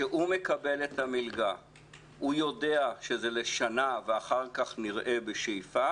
כשהחייל מקבל את המלגה הוא יודע שזה לשנה ואחר כך נראה בשאיפה,